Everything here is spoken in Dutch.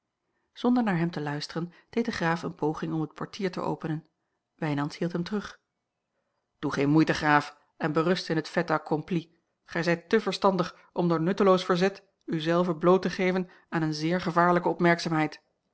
zonder naar hem te luisteren deed de graaf eene poging om het portier te openen wijnands hield hem terug doe geen moeite graaf en berust in het fait accompli gij zijt te verstandig om door nutteloos verzet u zelven bloot te geven aan eene zeer gevaarlijke opmerkzaamheid